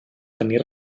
tenir